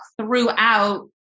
throughout